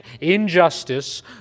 injustice